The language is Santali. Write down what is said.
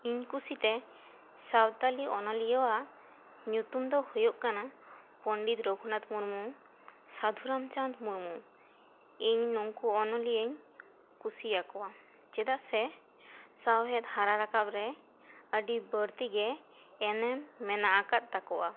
ᱤᱧ ᱠᱩᱥᱤᱛᱮ ᱥᱟᱱᱛᱟᱲᱤ ᱚᱱᱚᱞᱤᱭᱟᱹᱣᱟᱜ ᱧᱩᱛᱩᱢ ᱫᱚ ᱦᱩᱭᱩᱜ ᱠᱟᱱᱟ ᱯᱚᱱᱰᱤᱛ ᱨᱟᱹᱜᱷᱩᱱᱟᱛᱷ ᱢᱩᱨᱢᱩ ᱥᱟᱹᱫᱷᱩ ᱨᱟᱢᱪᱟᱸᱫᱽ ᱢᱩᱨᱢᱩ ᱤᱧ ᱱᱩᱝᱠᱩ ᱚᱱᱚᱞᱤᱭᱟᱹᱧ ᱠᱩᱥᱤᱭᱟᱠᱚᱣᱟ ᱪᱮᱫᱟᱜ ᱥᱮ ᱥᱟᱶᱦᱮᱫ ᱦᱟᱨᱟ ᱨᱟᱠᱟᱵ ᱨᱮ ᱟᱹᱰᱤ ᱵᱟᱹᱲᱛᱤ ᱜᱮ ᱮᱱᱮᱢ ᱢᱮᱱᱟᱜ ᱟᱠᱟᱫ ᱛᱟᱠᱚᱣᱟ